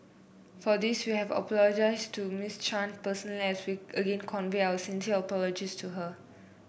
for this we have apologised to Miss Chan personally as we again convey our sincere apologies to her